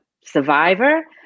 survivor